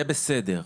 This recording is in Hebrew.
זה בסדר.